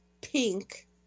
pink